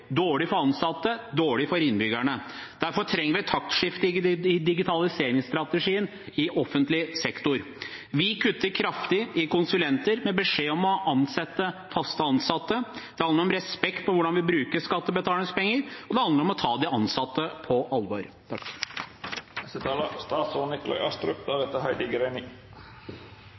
dårlig for ansatte, dårlig for innbyggerne. Derfor trenger vi et taktskifte i digitaliseringsstrategien i offentlig sektor. Vi kutter kraftig i konsulentbruk, med beskjed om å ansette i faste stillinger. Det handler om respekt for hvordan vi bruker skattebetalernes penger, og det handler om å ta de ansatte på alvor.